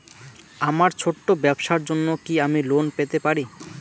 আমার ছোট্ট ব্যাবসার জন্য কি আমি লোন পেতে পারি?